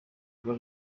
rwa